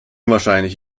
wahrscheinlich